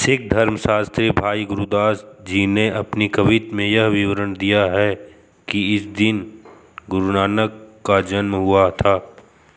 सिख धर्मशास्त्री भाई गुरदास जी ने अपनी कवित्त में यह विवरण दिया है कि इसी दिन गुरु नानक का जन्म हुआ था